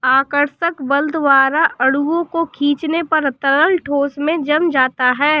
आकर्षक बल द्वारा अणुओं को खीचने पर तरल ठोस में जम जाता है